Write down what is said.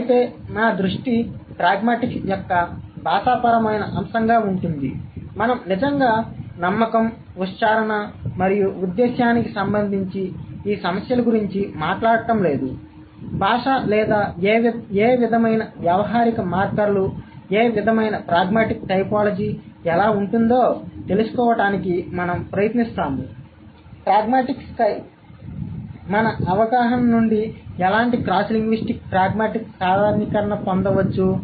అయితే మా దృష్టి ప్రాగ్మాటిక్స్ యొక్క భాషాపరమైన అంశంగా ఉంటుంది మనం నిజంగా నమ్మకం ఉచ్చారణ మరియు ఉద్దేశ్యానికి సంబంధించి ఈ సమస్యల గురించి మాట్లాడటం లేదు భాష లేదా ఏ విధమైన వ్యావహారిక మార్కర్లుఏ విధమైన ప్రాగ్మాటిక్ టైపోలాజీ ఎలా ఉంటుందో తెలుసుకోవడానికి మనం ప్రయత్నిస్తాముప్రాగ్మాటిక్స్పై మన అవగాహన నుండి ఎలాంటి క్రాస్ లింగ్విస్టిక్ ప్రాగ్మాటిక్స్ సాధారణీకరణను పొందవచ్చు